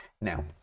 Now